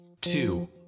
two